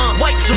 white